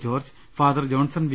George father Johnson V